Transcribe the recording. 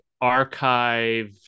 archive